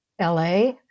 LA